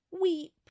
weep